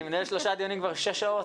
אני מנהל דיונים כבר שש שעות.